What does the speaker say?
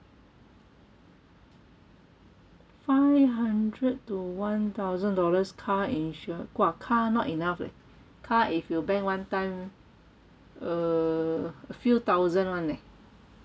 five hundred to one thousand dollars car insurance !wah! car not enough leh car if you bang one time err a few thousand [one] leh